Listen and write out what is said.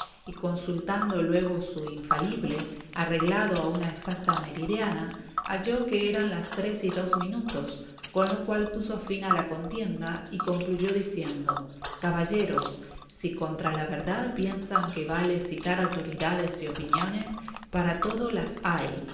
y consultando luego su infalible arreglado a una exacta meridiana halló que eran las tres y dos minutos con lo cual puso fin a la contienda y concluyó diciendo caballeros si contra la verdad piensan que vale citar autoridades y opiniones para todo las hay